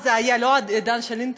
שאז לא היה עידן האינטרנט.